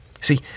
See